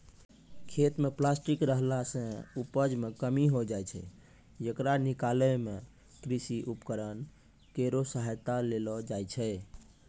खेत म प्लास्टिक रहला सें उपज मे कमी होय जाय छै, येकरा निकालै मे कृषि उपकरण केरो सहायता लेलो जाय छै